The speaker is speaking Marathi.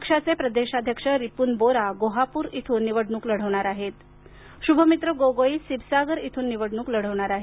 पक्षाचे प्रदेशाध्यक्ष रिपून बोरा गोहापूर इथून तर शुभ्रमित्र गोगोई सिबसागर इथून निवडणूक लढवणार आहेत